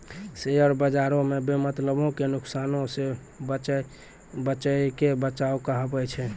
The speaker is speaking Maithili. शेयर बजारो मे बेमतलबो के नुकसानो से बचैये के बचाव कहाबै छै